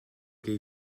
gei